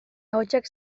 ahotsak